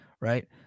right